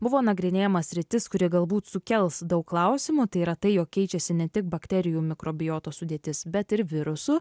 buvo nagrinėjama sritis kuri galbūt sukels daug klausimų tai yra tai jog keičiasi ne tik bakterijų mikrobioto sudėtis bet ir virusų